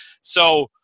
So-